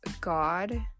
God